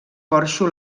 porxo